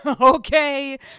Okay